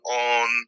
on